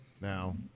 Now